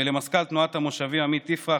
ולמזכ"ל תנועת המושבים עמית יפרח,